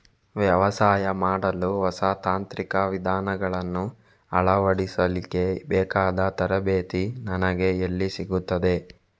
ವ್ಯವಸಾಯ ಮಾಡಲು ಹೊಸ ತಾಂತ್ರಿಕ ವಿಧಾನಗಳನ್ನು ಅಳವಡಿಸಲಿಕ್ಕೆ ಬೇಕಾದ ತರಬೇತಿ ನನಗೆ ಎಲ್ಲಿ ಸಿಗುತ್ತದೆ?